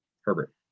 Herbert